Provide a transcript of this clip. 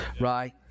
right